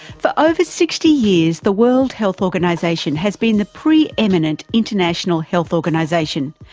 for over sixty years the world health organisation has been the preeminent international health organisation.